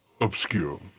obscure